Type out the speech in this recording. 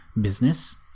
business